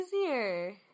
easier